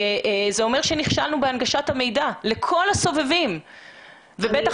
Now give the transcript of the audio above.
זה אומר שנכשלנו בהנגשת המידע לכל הסובבים ובטח